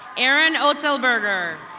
erin otelburger.